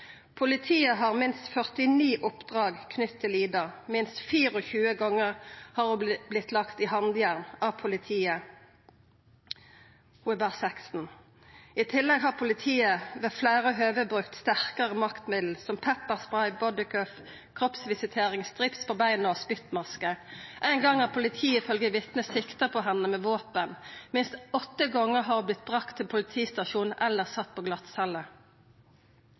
Politiet har minst 49 oppdrag knytte til «Ida». Minst 24 gonger har ho vorte lagd i handjern av politiet. Og ho var berre 16 år. I tillegg har politiet ved fleire høve brukt sterkare maktmiddel, som peparspray, «bodycuff», kroppsvisitering, strips på beina og spyttmaske. Éin gong har politiet, ifølgje vitne, sikta på henne med våpen. Minst åtte gonger har ho vorte tatt med til politistasjonen eller sett på